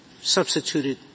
substituted